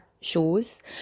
shows